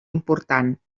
important